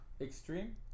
Extreme